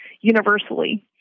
universally